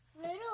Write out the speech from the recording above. little